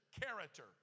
character